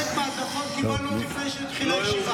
חלק מההדלפות קיבלנו עוד לפני שהתחילה הישיבה.